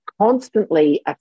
constantly